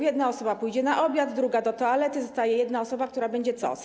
Jedna osoba pójdzie na obiad, druga do toalety, zostaje jedna osoba, która będzie co?